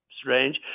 strange